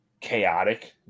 chaotic